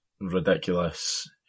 ridiculous